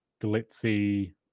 glitzy